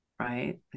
right